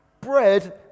Bread